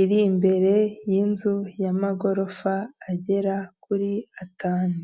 iri imbere y'inzu y'amagorofa agera kuri atanu.